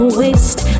waste